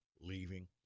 leaving